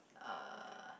uh